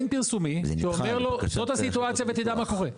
פרסומי שאומר לו זאת הסיטואציה ותדע מה קורה.